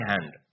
hand